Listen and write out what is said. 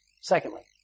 Secondly